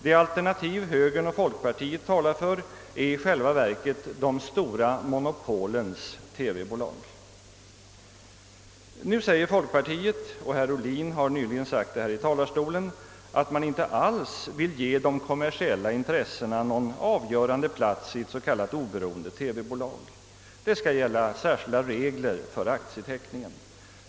Det alternativ högern och folkpartiet talar för är i själva verket de stora monopolens TV-bolag. Nu hävdar folkpartiet — och herr Ohlin har nyss sagt det här i talarstolen — att man inte alls vill ge de kommersiella intressena någon avgörande plats i ett s.k. oberoende TV-bolag. Det skall gälla särskilda regler för aktieteckningen.